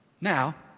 Now